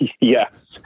Yes